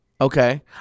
Okay